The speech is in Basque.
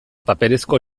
paperezko